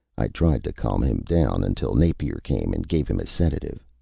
i tried to calm him down until napier came and gave him a sedative.